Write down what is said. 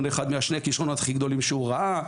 אחד משני הכישרונות הכי גדולים שהוא ראה,